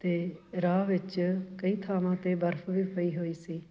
ਅਤੇ ਰਾਹ ਵਿੱਚ ਕਈ ਥਾਵਾਂ 'ਤੇ ਬਰਫ ਵੀ ਪਈ ਹੋਈ ਸੀ